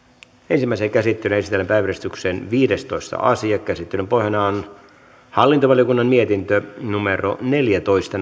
ensimmäiseen käsittelyyn esitellään päiväjärjestyksen viidestoista asia käsittelyn pohjana on hallintovaliokunnan mietintö neljätoista